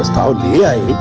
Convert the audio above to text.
ah da da